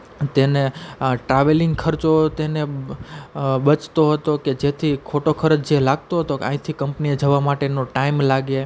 તેને આ ટ્રાવેલિંગ ખર્ચો તેને બચતો હતો કે જેથી ખોટો ખર્ચ જે લાગતો હતો કે આઈથી કંપનીએ જવા માટેનો ટાઈમ લાગે